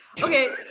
Okay